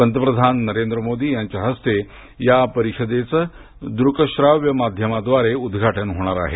पंतप्रधान नरेंद्र मोदी यांच्या हस्ते या परीषदेच दृक्शाव्य माध्यमाद्वारे उद्घाटन होणार आहे